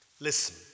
Listen